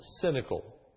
cynical